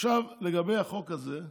עכשיו לגבי החוק הזה.